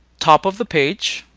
top of the page